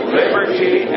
liberty